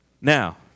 Now